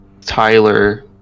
Tyler